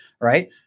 right